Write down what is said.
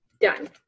Done